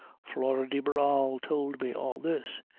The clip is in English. flora de barral told me all this.